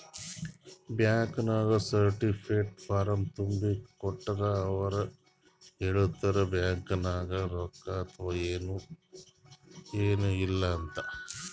bank ನಾಗ್ certified form ತುಂಬಿ ಕೊಟ್ಟೂರ್ ಅವ್ರ ಹೇಳ್ತಾರ್ ಬ್ಯಾಂಕ್ ನಾಗ್ ರೊಕ್ಕಾ ಅವಾ ಏನ್ ಇಲ್ಲ ಅಂತ್